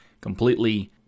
completely